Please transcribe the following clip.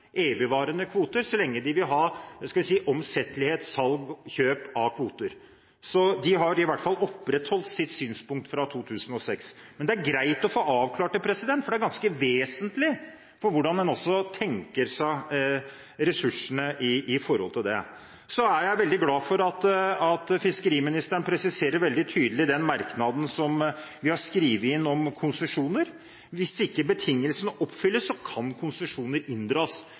evigvarende kvoter så lenge det er omsettelighet – salg og kjøp – av kvoter. Så de har i hvert fall opprettholdt sitt synspunkt fra 2006. Men det er greit å få avklart det, for det er ganske vesentlig for hvordan en da tenker seg ressursene. Jeg er veldig glad for at fiskeriministeren veldig tydelig presiserer den merknaden som vi har skrevet inn om konsesjoner. Hvis ikke betingelsene oppfylles, kan konsesjoner inndras.